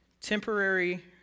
temporary